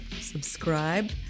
subscribe